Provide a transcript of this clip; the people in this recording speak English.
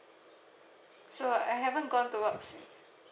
so I haven't gone to work since